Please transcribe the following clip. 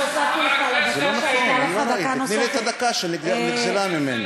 אני מסבירה לך שהוספנו לך לדקה שהייתה לך דקה נוספת.